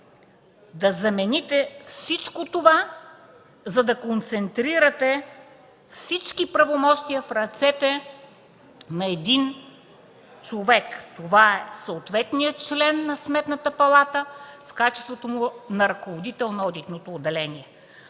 Да замените всичко това, за да концентрирате всички правомощия в ръцете на един човек – това е съответния член на Сметната палата в качеството му на ръководител на одитното отделение.